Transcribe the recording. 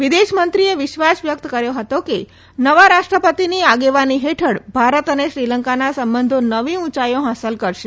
વિદેશમંત્રીએ વિશ્વાસ વ્યક્ત કર્યો હતો કે નવા રાષ્ટ્રપતિની આગેવાની હેઠળ ભારત અને શ્રીલંકાના સંબંધો નવી ઉંચાઇઓ હાંસલ કરશે